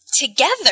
Together